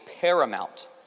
paramount